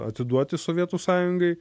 atiduoti sovietų sąjungai